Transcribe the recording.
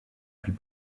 plus